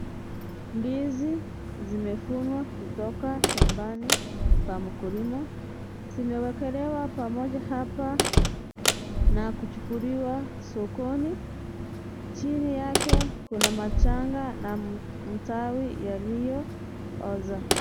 Ndizi zimevunwa kutoka shambani kwa mkulima, zimeekelewa pamoja hapa na kuchukuliwa sokoni, chini yake kuna machanga na matawi yaliyo oza.